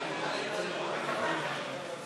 והמנון המדינה (תיקון,